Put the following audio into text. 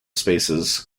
spaces